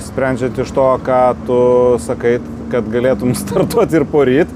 sprendžiant iš to ką tu sakai kad galėtum startuot ir poryt